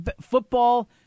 Football